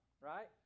right